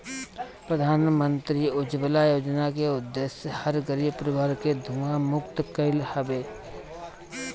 प्रधानमंत्री उज्ज्वला योजना के उद्देश्य हर गरीब परिवार के धुंआ मुक्त कईल हवे